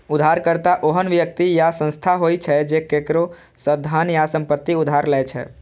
उधारकर्ता ओहन व्यक्ति या संस्था होइ छै, जे केकरो सं धन या संपत्ति उधार लै छै